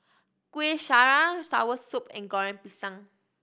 Kuih Syara soursop and Goreng Pisang